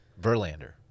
Verlander